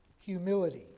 Humility